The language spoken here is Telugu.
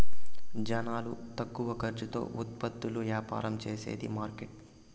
జనాలు తక్కువ ఖర్చుతో ఉత్పత్తులు యాపారం చేసేది మార్కెట్